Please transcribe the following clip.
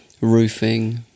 Roofing